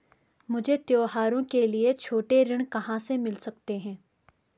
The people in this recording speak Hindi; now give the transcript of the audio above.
मुझे त्योहारों के लिए छोटे ऋण कहाँ से मिल सकते हैं?